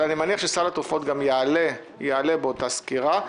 אבל אני מניח שסל התרופות גם יעלה באותה סקירה.